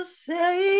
say